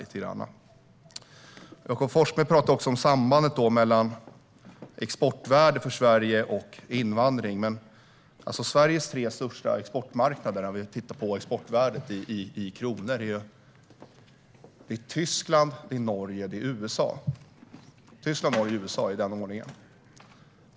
Jakob Forssmed talade om sambandet mellan exportvärde för Sverige och invandring, men Sveriges tre största exportmarknader sett till exportvärdet i kronor är Tyskland, Norge och USA, i den ordningen.